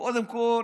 קודם כול,